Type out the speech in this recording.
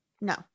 No